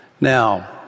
Now